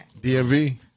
DMV